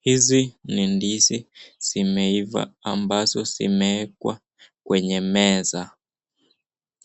Hizi ni ndizi zimeiva ambazo zimewekwa kwenye meza.